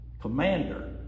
commander